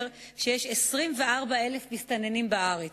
אומר שיש 24,000 מסתננים בארץ.